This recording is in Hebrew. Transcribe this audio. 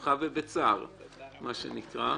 מה שנקרא.